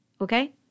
okay